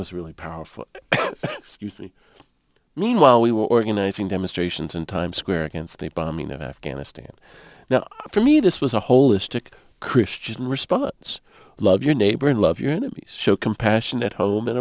was really powerful meanwhile we were organizing demonstrations in times square against the bombing of afghanistan now for me this was a holistic christian response love your neighbor and love your enemies show compassion at home and